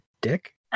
dick